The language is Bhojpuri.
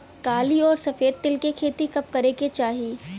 काली अउर सफेद तिल के खेती कब करे के चाही?